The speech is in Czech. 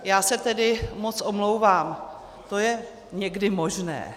Já se tedy moc omlouvám, to je někdy možné.